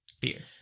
beer